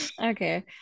Okay